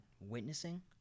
witnessing